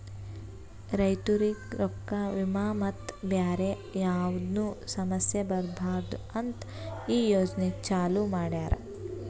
ರೈತುರಿಗ್ ರೊಕ್ಕಾ, ವಿಮಾ ಮತ್ತ ಬ್ಯಾರೆ ಯಾವದ್ನು ಸಮಸ್ಯ ಬರಬಾರದು ಅಂತ್ ಈ ಯೋಜನೆ ಚಾಲೂ ಮಾಡ್ಯಾರ್